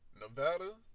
Nevada